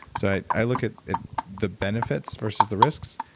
so i i look at the benefits versus the risks.